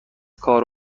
کار